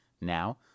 Now